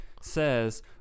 says